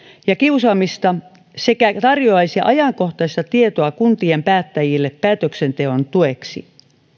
ja kiusaamista sekä tarjoaisi ajankohtaista tietoa kuntien päättäjille päätöksenteon tueksi